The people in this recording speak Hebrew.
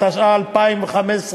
שעה), התשע"ה 2015,